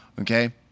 okay